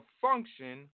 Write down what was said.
function